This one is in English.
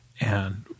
And-